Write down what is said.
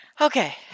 Okay